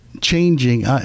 changing